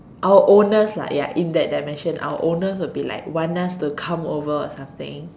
our owners lah ya in that dimension our owners would like want us to come over or something